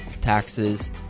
taxes